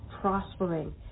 prospering